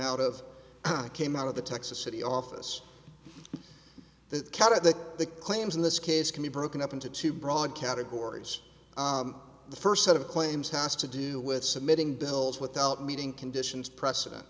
out of i came out of the texas city office they can't have that the claims in this case can be broken up into two broad categories the first set of claims has to do with submitting bills without meeting conditions precedent